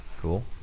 cool